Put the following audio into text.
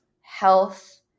health